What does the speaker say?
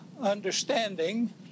understanding